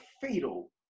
fatal